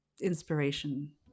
inspiration